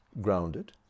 grounded